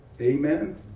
Amen